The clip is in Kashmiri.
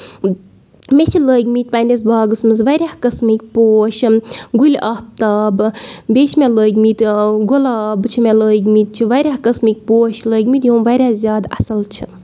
مےٚ چھِ لٲگۍ مٕتۍ پَنٕنِس باغس منٛز واریاہ قٕسمٕکۍ پوش گُلۍ آفتاب بیٚیہِ چھِ مےٚ لٲگۍ مٕتۍ گۄلاب چھِ مےٚ لٲگۍ مٕتۍ واریاہ قٕسمٕکۍ پوش چھِ لٲگۍ مٕتۍ یِم واریاہ زیادٕ اَصٕل چھِ